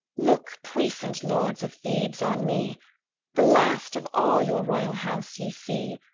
look, puissant lords of thebes, on me the last of all your royal house ye see.